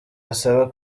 asaba